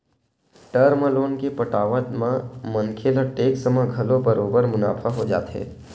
term loan के पटावत म मनखे ल टेक्स म घलो बरोबर मुनाफा हो जाथे